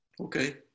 Okay